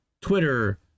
Twitter